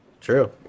True